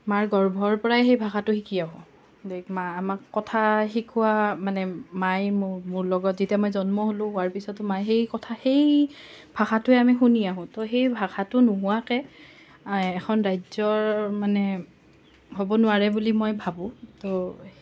মাৰ গৰ্ভৰ পৰাই সেই ভাষাটো শিকি আহোঁ মা আমাক কথা শিকোৱা মানে মাই মো মোৰ লগত যেতিয়া মই জন্ম হ'লো হোৱাৰ পিছতো মায়ে সেই কথা সেই ভাষাটোৱে আমি শুনি আহোঁ ত' সেই ভাষাটো নোহোৱাকৈ এখন ৰাজ্যৰ মানে হ'ব নোৱাৰে বুলি মই ভাবোঁ ত'